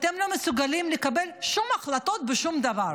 אתם לא מסוגלים לקבל שום החלטות בשום דבר.